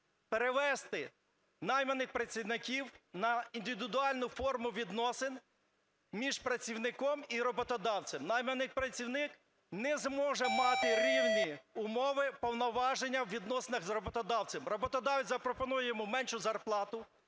перевести найманих працівників на індивідуальну форму відносин між працівником і роботодавцем. Найманий працівник не зможе мати рівні умови, повноваження у відносинах з роботодавцем. Роботодавець запропонує йому меншу зарплату,